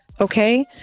okay